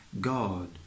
God